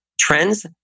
trends